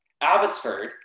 Abbotsford